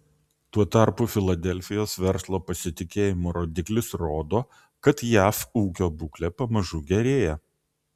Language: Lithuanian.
tuo tarpu filadelfijos verslo pasitikėjimo rodiklis rodo kad jav ūkio būklė pamažu gerėja